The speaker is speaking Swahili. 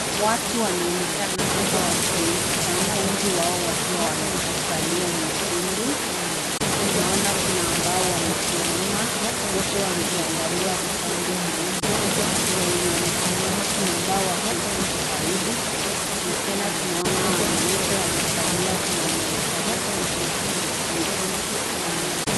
Watu wanaonekana hapa watu wengi sanaa. Wengi wao wakiwa wamevalia nyekundu. Tunaona kuna ambao wamesimama wote wakiangalia upande mmoja. Kuna wenye wamesimama kuna ambao wako juu zaidi na tena tunaona kuna wenye wamevalia kofia yenye kufanana.